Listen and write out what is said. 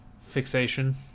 fixation